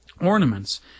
ornaments